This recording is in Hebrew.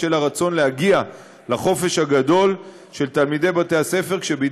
בשל הרצון להגיע לחופש הגדול של תלמידי בתי-הספר כשבידי